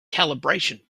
calibration